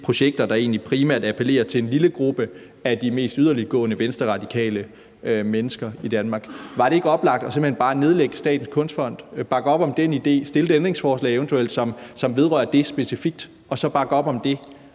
projekter, der egentlig primært appellerer til en lille gruppe af de mest yderliggående venstreradikale mennesker i Danmark. Var det ikke oplagt simpelt hen bare at nedlægge Statens Kunstfond, bakke op om den idé – eventuelt stille et ændringsforslag, som specifikt vedrører det, man er kritisk over for – og så bakke op om det,